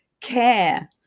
care